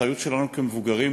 האחריות שלנו כמבוגרים,